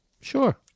Sure